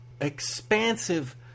expansive